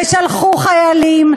ושלחו חיילים,